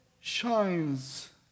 shines